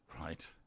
Right